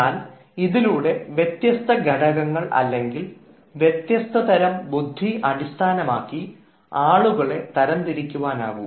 എന്നാൽ ഇതിലൂടെ വ്യത്യസ്ത ഘടകങ്ങൾ അല്ലെങ്കിൽ വ്യത്യസ്ത തരം ബുദ്ധി അടിസ്ഥാനമാക്കി ആളുകളെ തരംതിരിക്കാനാകൂ